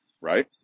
right